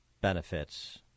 benefits –